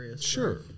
sure